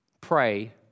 Pray